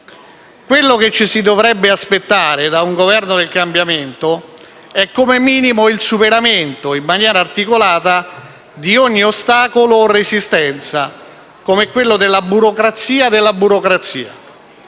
Quello che ci si dovrebbe aspettare da un Governo del cambiamento è come minimo il superamento, in maniera articolata, di ogni ostacolo o resistenza, come quello della burocrazia della burocrazia.